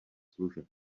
služeb